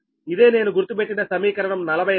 ఇదే నేను గుర్తు పెట్టిన సమీకరణం 44